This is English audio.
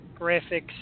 graphics